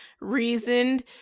reasoned